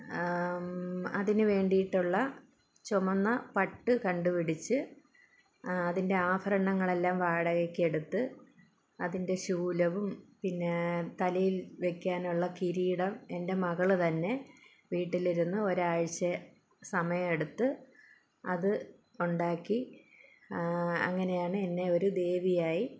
അതിന് വേണ്ടിയിട്ടുള്ള ചുവന്ന പട്ട് കണ്ടുപിടിച്ച് അതിൻ്റെ ആഭരണങ്ങൾ എല്ലാം വാടകയ്ക്ക് എടുത്ത് അതിൻ്റെ ശൂലവും പിന്നെ തലയിൽ വയ്ക്കാനുള്ള കിരീടം എൻ്റെ മകൾ തന്നെ വീട്ടിൽ ഇരുന്ന് ഒരാഴ്ച സമയമെടുത്ത് അത് ഉണ്ടാക്കി അങ്ങനെയാണ് എന്നെ ഒരു ദേവിയായി